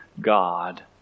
God